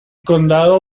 condado